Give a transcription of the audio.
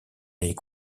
est